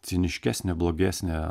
ciniškesnė blogesnė